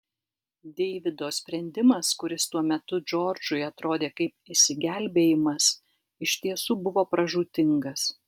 deivido sprendimas kuris tuo metu džordžui atrodė kaip išsigelbėjimas iš tiesų buvo pražūtingas